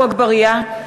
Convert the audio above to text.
(קוראת בשמות חברי הכנסת) עפו אגבאריה,